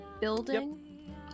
building